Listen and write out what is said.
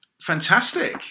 Fantastic